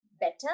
better